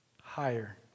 higher